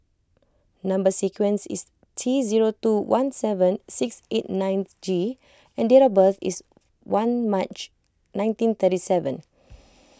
Number Sequence is T zero two one seven six eight nine G and date of birth is one March nineteen thirty seven